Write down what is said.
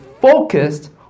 focused